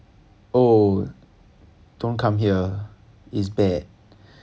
oh don't come here it's bad